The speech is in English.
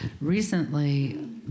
Recently